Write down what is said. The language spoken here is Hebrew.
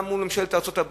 גם מול ממשלת ארצות-הברית.